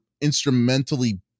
instrumentally